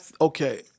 Okay